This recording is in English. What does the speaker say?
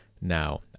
Now